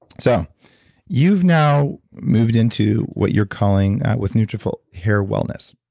so you've now moved into what you're calling with nutrafol, hair wellness.